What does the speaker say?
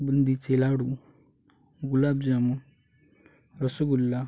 बुंदीचे लाडू गुलाबजाम रसगुल्ला